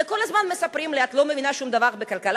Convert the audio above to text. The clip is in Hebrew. וכל הזמן מספרים לי: את לא מבינה שום דבר בכלכלה.